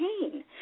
Pain